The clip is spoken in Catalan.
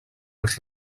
els